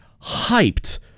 hyped